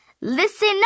Listen